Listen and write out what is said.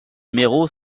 numéro